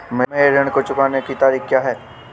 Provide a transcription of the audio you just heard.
मेरे ऋण को चुकाने की तारीख़ क्या है?